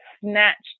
snatched